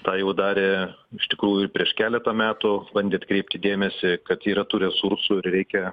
tą jau darė iš tikrųjų prieš keletą metų bandė atkreipti dėmesį kad yra tų resursų ir reikia